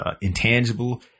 intangible